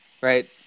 Right